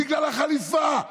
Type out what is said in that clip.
בגלל החליפה.